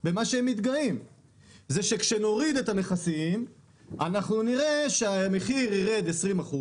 זה שכשנוריד את המכסים אנחנו נראה שהמחיר הישיר ירד ב-20%.